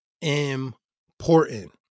important